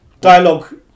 dialogue